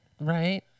Right